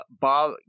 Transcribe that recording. bob